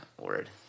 word